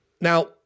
Now